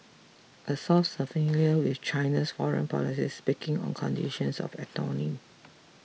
a source familiar with China's foreign policy speaking on conditions of anonymity